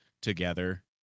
together